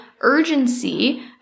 urgency